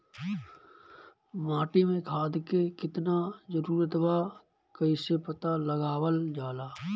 माटी मे खाद के कितना जरूरत बा कइसे पता लगावल जाला?